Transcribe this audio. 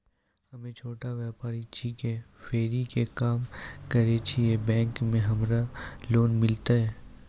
हम्मे छोटा व्यपारी छिकौं, फेरी के काम करे छियै, बैंक से हमरा लोन मिलतै?